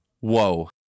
whoa